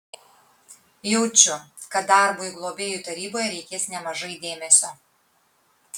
jaučiu kad darbui globėjų taryboje reikės nemažai dėmesio